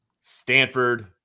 Stanford